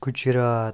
Gujarat